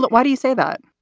but why do you say that?